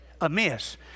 Amiss